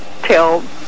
tell